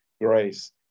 grace